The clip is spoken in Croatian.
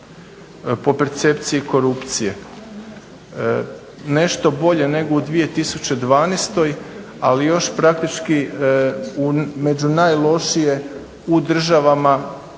po percepciji korupcije, nešto bolje nego u 2012. ali još praktički među najlošije u državama